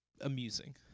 amusing